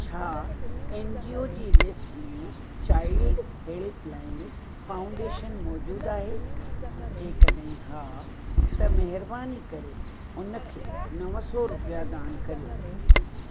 छा N G O जी list में चाइल्ड हेल्पलाइन फाउंडेशन मौजूदु आहे जेकॾहिं हा त महिरबानी करे उन खे नव सौ रुपया दान करियो